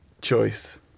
choice